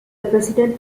president